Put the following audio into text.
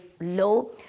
low